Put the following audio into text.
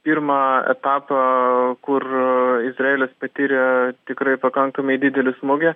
pirmą etapą kur izraelis patyrė tikrai pakankamai didelį smūgį